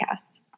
podcasts